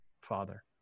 Father